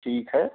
ठीक है